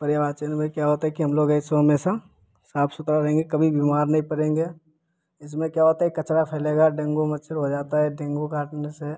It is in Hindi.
पर्यावरण में क्या होता है कि हम लोग ऐसे हमेशा साफ़ सुथरा रखे कभी बीमार पड़ेंगे इसमें क्या होता है कचरा फैलेगा डेंगू मच्छर है जाता है डेंगू काटने से